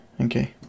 okay